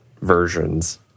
versions